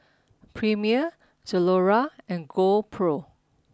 Premier Zalora and GoPro